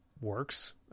works